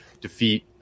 defeat